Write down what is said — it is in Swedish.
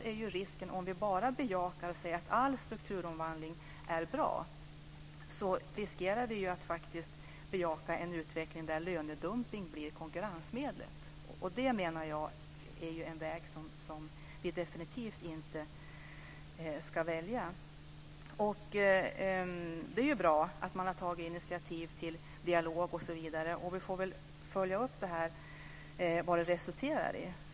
Om vi bara säger att all strukturomvandling är bra, riskerar vi att bejaka en utveckling där lönedumpning blir konkurrensmedlet. Det är en väg som vi definitivt inte ska välja. Det är bra att det har tagits initiativ till en dialog osv. Vi får följa upp vad dialogen resulterar i.